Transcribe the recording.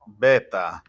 beta